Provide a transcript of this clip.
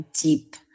deep